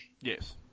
Yes